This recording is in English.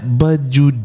baju